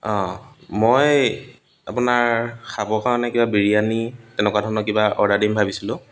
অঁ মই আপোনাৰ খাবৰ কাৰণে কিবা বিৰিয়ানী এনেকুৱা ধৰণৰ কিবা অৰ্ডাৰ দিম ভাবিছিলোঁ